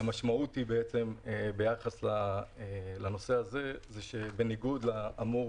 במסגרת הוראת השעה הצענו לאפשר